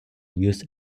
use